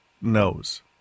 knows